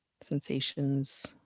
sensations